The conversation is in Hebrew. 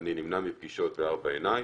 אני נמנע מפגישות בארבע עיניים.